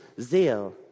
zeal